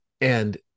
And-